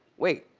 wait.